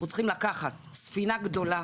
אנחנו צריכים לקחת ספינה גדולה,